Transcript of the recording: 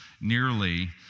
nearly